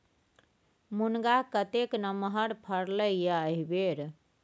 मुनगा कतेक नमहर फरलै ये एहिबेर